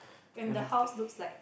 when the house looks like